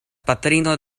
patrino